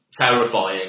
terrifying